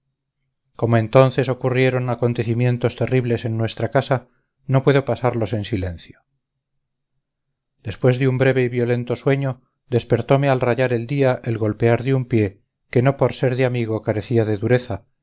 como entonces ocurrieron acontecimientos terribles en nuestra casa no puedo pasarlos en silencio después de un breve y violento sueño despertome al rayar el día el golpear de un pie que no por ser de amigo carecía de dureza